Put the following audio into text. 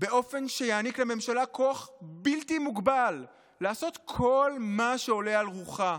באופן שיעניק לממשלה כוח בלתי מוגבל לעשות כל מה שעולה על רוחה,